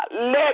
let